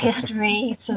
history